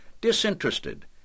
disinterested